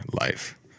life